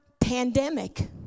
pandemic